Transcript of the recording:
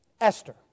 Esther